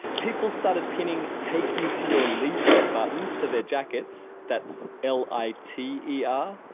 people started pinning, take me to your liter buttons to their jackets. that's l i t e r.